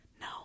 no